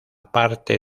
parte